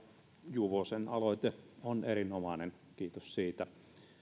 juvosen aloite on erinomainen kiitos siitä